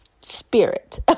spirit